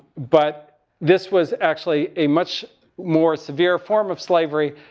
but this was actually a much more severe form of slavery,